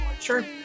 sure